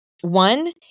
One